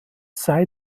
sei